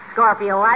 Scorpio